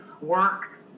work